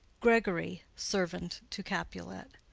gregory, servant to capulet.